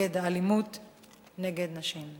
נגד האלימות נגד נשים.